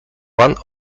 one